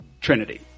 Trinity